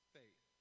faith